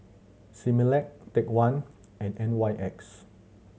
Similac Take One and N Y X